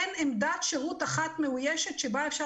אין עמדת שירות אחת מאוישת שבה אפשר